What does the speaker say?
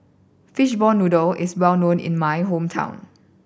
fishball noodle is well known in my hometown